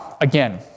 again